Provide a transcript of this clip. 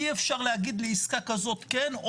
אי אפשר להגיד לעסקה כזאת כן,